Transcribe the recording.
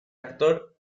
actor